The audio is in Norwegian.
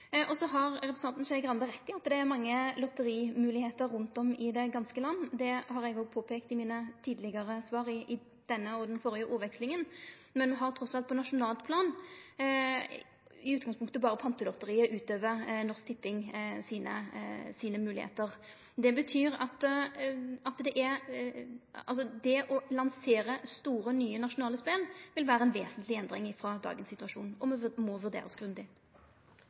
Så har representanten Skei Grande rett i at det er mange lotterimoglegheiter rundt om i heile landet, det har eg òg påpeikt i mine tidlegare svar i denne og i den førre ordvekslinga, men me har på nasjonalt plan i utgangspunktet berre Pantelotteriet utover Norsk Tipping. Det å lansere store, nye nasjonale spel vil vere ei vesentleg endring frå dagens situasjon og må vurderast grundig. Da er sak nr. 2 ferdigbehandlet. Det foreligger ikke noe referat. Dermed er sakene på dagens